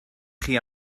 chi